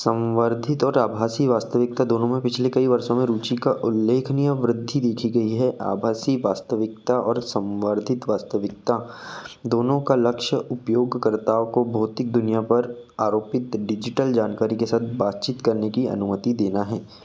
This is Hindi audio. संबर्धित और आभासी वास्तविकता दोनों में पिछले कई वर्षों में रुचि का उल्लेखनीय वृद्धि देखी गई है आभासी वास्तविकता और संबर्धित वास्तविकता दोनों का लक्ष्य उपयोगकर्ताओं को भौतिक दुनिया पर आरोपित डिजिटल जानकारी के साथ बातचीत करने की अनुमति देना है